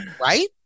Right